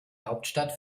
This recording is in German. hauptstadt